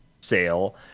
Sale